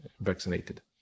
vaccinated